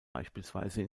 beispielsweise